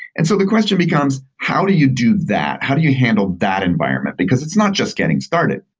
and so the question becomes how do you do that? how do you handle that environment? because it's not just getting started,